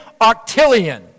octillion